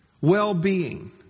well-being